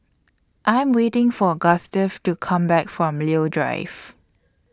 I Am waiting For Gustave to Come Back from Leo Drive